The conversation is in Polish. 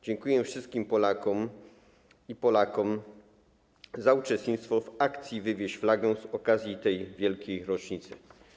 Dziękuję wszystkim Polkom i Polakom za uczestnictwo w akcji „Wywieś flagę” z okazji tej wielkiej rocznicy.